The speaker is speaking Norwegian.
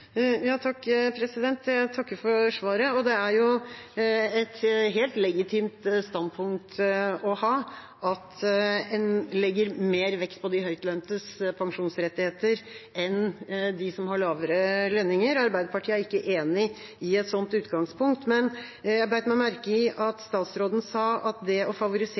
Jeg takker for svaret. Det er et helt legitimt standpunkt å ha at en legger mer vekt på de høytløntes pensjonsrettigheter enn på rettighetene til dem som har lavere lønninger. Arbeiderpartiet er ikke enig i et sånt utgangspunkt. Jeg bet meg merke i at statsråden sa at det å favorisere